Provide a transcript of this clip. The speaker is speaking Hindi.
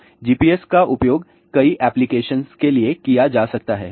तो GPS का उपयोग कई एप्लिकेशन के लिए किया जा सकता है